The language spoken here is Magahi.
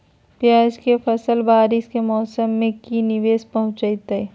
प्याज के फसल बारिस के मौसम में की निवेस पहुचैताई?